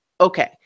okay